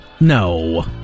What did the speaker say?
No